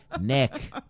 Nick